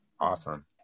Awesome